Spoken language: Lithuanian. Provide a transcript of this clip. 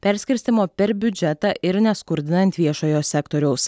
perskirstymo per biudžetą ir neskurdinant viešojo sektoriaus